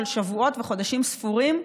שבועות וחודשים ספורים,